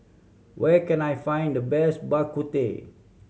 where can I find the best Bak Kut Teh